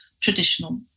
traditional